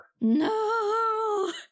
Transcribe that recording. No